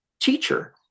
teacher